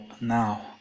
now